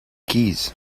keys